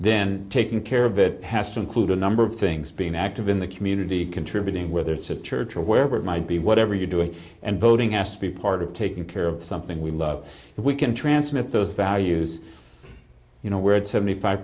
then taking care of it has to include a number of things being active in the community contributing whether it's a church or wherever it might be whatever you're doing and voting has to be part of taking care of something we love we can transmit those values you know where it's seventy five